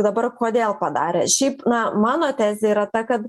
dabar kodėl padarė šiaip mano tezė yra ta kad